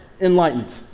enlightened